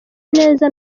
neza